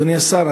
אדוני השר,